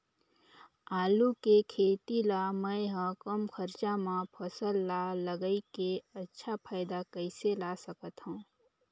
आलू के खेती ला मै ह कम खरचा मा फसल ला लगई के अच्छा फायदा कइसे ला सकथव?